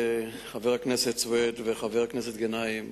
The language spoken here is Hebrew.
חבר הכנסת סוייד וחבר הכנסת גנאים,